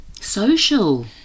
Social